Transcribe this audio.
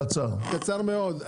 קצר מאוד.